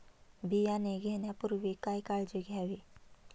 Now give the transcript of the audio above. बियाणे घेण्यापूर्वी काय काळजी घ्यावी?